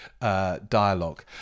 dialogue